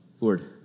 Lord